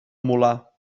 molar